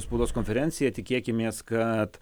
spaudos konferenciją tikėkimės kad